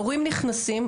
מורים נכנסים,